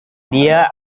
dia